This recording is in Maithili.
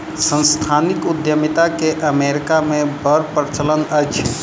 सांस्थानिक उद्यमिता के अमेरिका मे बड़ प्रचलन अछि